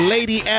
Lady